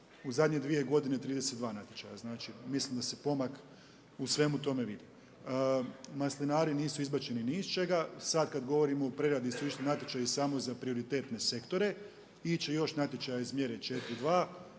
U zadnje dvije godine 32 natječaja. Mislim da se pomak u svemu tome vidi. Maslinari nisu izbačeni ni iz čega. Sad kad govorimo o preradi su išli natječaji samo za prioritetne sektore. Ići će još natječaji iz mjere 4.2.